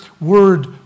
word